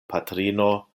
patrino